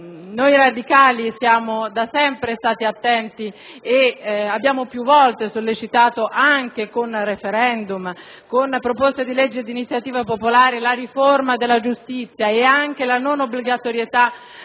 noi radicali siamo da sempre stati attenti ed abbiamo più volte sollecitato, anche con *referendum* e proposte di legge di iniziativa popolare, la riforma della giustizia e anche la non obbligatorietà